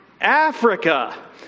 Africa